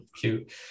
cute